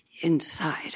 inside